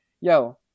Yo